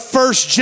first